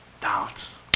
doubts